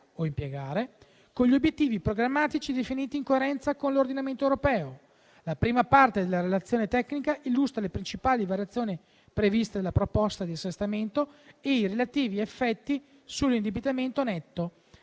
da impiegare) con gli obiettivi programmatici definiti in coerenza con l'ordinamento europeo. La prima parte della relazione tecnica illustra le principali variazioni previste dalla proposta di assestamento e i relativi effetti sull'indebitamento netto